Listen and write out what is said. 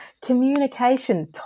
communication